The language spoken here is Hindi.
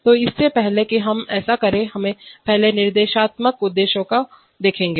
तो इससे पहले कि हम ऐसा करें हमें पहले निर्देशात्मक उद्देश्यों को देखेंगे